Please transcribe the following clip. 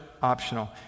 optional